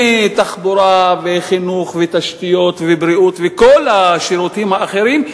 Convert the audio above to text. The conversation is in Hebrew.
תחבורה וחינוך ותשתיות ובריאות וכל השירותים האחרים,